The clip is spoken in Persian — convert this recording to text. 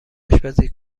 آشپزی